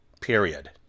period